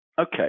Okay